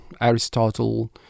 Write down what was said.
Aristotle